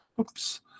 Oops